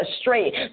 straight